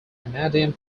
canadian